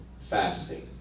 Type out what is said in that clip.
fasting